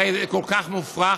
הרי זה כל כך מופרך.